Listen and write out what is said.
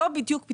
שלא קשור לעבודה.